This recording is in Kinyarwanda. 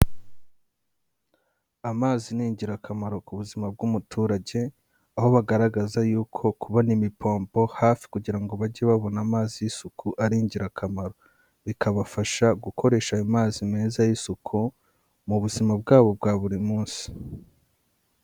Amazi ni ingirakamaro ku buzima bw'umuturage, aho bagaragaza yuko kubona imipompo hafi kugira ngo bajye babona amazi y'isuku ari ingirakamaro. Bikabafasha gukoresha ayo mazi meza y'isuku mu buzima bwabo bwa buri munsi.